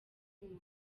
mugabo